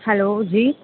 hello جی